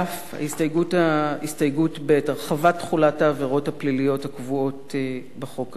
הסתייגות ב': הרחבת תחולת העבירות הפליליות הקבועות בחוק המקורי.